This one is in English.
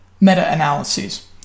meta-analyses